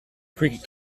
cricket